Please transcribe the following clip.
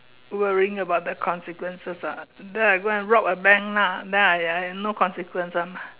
worrying about the consequences ah then I go rob a bank lah then I I no consequences